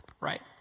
right